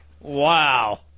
Wow